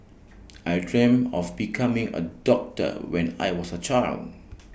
I dreamt of becoming A doctor when I was A child